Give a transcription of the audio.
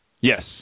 Yes